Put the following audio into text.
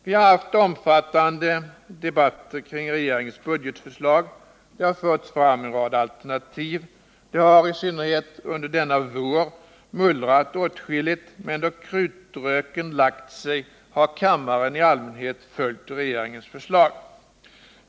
Vi har haft omfattande debatter kring regeringens budgetförslag. Det har förts fram en rad alternativ. Det har, i synnerhet under denna vår, mullrat åtskilligt, men då krutröken lagt sig har kammaren i allmänhet följt regeringens förslag.